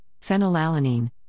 Phenylalanine